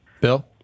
Bill